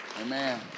Amen